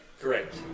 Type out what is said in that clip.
Correct